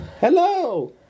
Hello